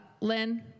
lynn